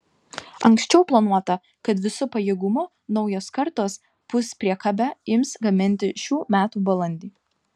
anksčiau planuota kad visu pajėgumu naujos kartos puspriekabę ims gaminti šių metų balandį